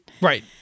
right